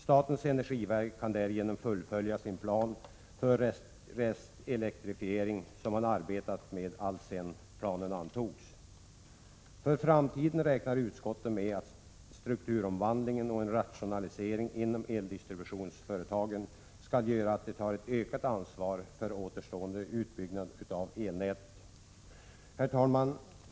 Statens energiverk kan därigenom fullfölja sin plan för restelektrifiering som man arbetat med sedan planen antogs. Inför framtiden räknar utskottet med att strukturomvandlingen och en rationalisering inom eldistributionsföretagen skall göra att det tas ett ökat ansvar för återstående utbyggnad av elnätet. Herr talman!